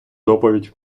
доповідь